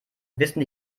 wissen